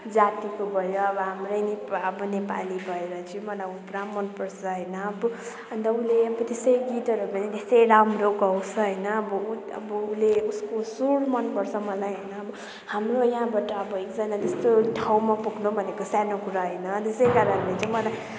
जातिको भएर अब हाम्रै नेपा अब नेपाली भएर चाहिँ मलाई ऊ पुरा मनपर्छ होइन अब उसले अब त्यसै गीतहरू त्यस्तै राम्रो गाउँछ होइन अब ऊ अब उसले उसको स्वर मनपर्छ मलाई होइन हाम्रो यहाँबाट अब एकजना त्यस्तो ठाउँमा पुग्नु भनेको सानो कुरा होइन त्यसै कारणले चाहिँ मलाई